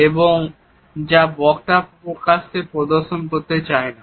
এবং যা বক্তা প্রকাশ্যে প্রদর্শন করতে চায় না